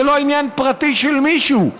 זה לא עניין פרטי של מישהו,